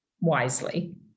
wisely